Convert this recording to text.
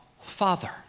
Father